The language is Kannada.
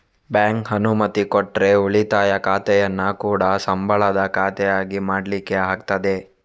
ಬ್ಯಾಂಕು ಅನುಮತಿ ಕೊಟ್ರೆ ಉಳಿತಾಯ ಖಾತೆಯನ್ನ ಕೂಡಾ ಸಂಬಳದ ಖಾತೆ ಆಗಿ ಮಾಡ್ಲಿಕ್ಕೆ ಆಗ್ತದೆ